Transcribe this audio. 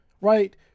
right